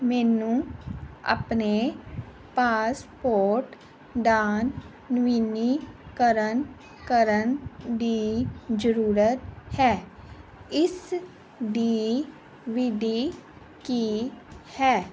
ਮੈਨੂੰ ਆਪਣੇ ਪਾਸਪੋਰਟ ਦਾ ਨਵੀਨੀਕਰਨ ਕਰਨ ਦੀ ਜ਼ਰੂਰਤ ਹੈ ਇਸ ਦੀ ਵਿਧੀ ਕੀ ਹੈ